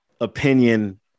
opinion